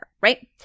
right